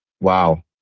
Wow